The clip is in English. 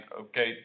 okay